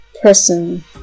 person